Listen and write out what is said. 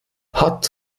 hat